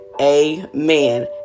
amen